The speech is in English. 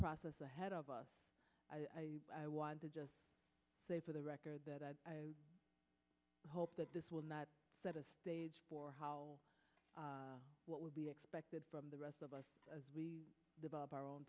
process ahead of us i want to just say for the record that i hope that this will not set a stage for how what would be expected from the rest of us as we develop our own